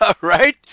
Right